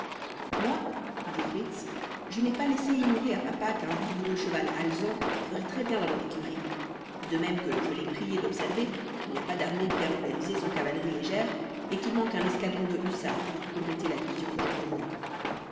moi dit fritz je n'ai pas laissé ignorer à papa qu'un vigoureux cheval alezan ferait très bien dans mon écurie de même que je l'ai prié d'observer qu'il n'y a pas d'armée bien organisée sans cavalerie légère et qu'il manque un escadron de hussards pour compléter la division que je commande